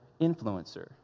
influencer